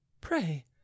Pray